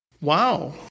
Wow